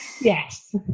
Yes